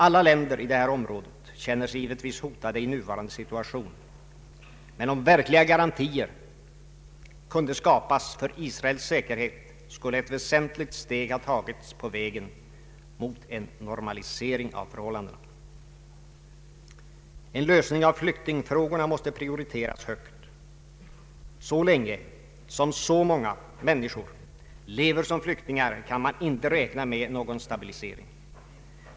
Alla länder i detta område känner sig givetvis hotade i nuvarande situation, men om verkliga garantier kunde skapas för Israels säkerhet skulle ett väsentligt steg ha tagits på vägen mot en normalisering av förhållandena. En lösning av flyktingfrågorna måste prioriteras högt. Så länge som så många människor lever som flyktingar kan man inte räkna med någon stabilisering.